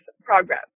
progress